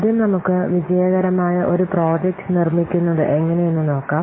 ആദ്യം നമുക്ക് വിജയകരമായ ഒരു പ്രോജക്റ്റ് നിർമ്മിക്കുന്നത് എങ്ങനെയെന്നു നോക്കാം